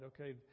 okay